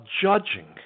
judging